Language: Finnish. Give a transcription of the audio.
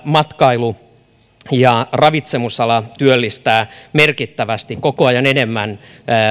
matkailu ja ravitsemusala työllistävät merkittävästi koko ajan enemmän